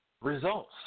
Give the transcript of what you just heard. results